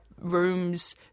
rooms